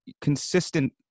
consistent